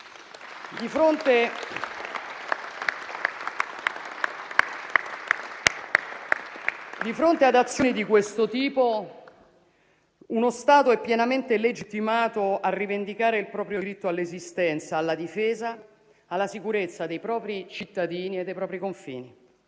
Di fronte ad azioni di questo tipo, uno Stato è pienamente legittimato a rivendicare il proprio diritto all'esistenza, alla difesa, alla sicurezza dei propri cittadini e dei propri confini,